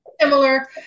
similar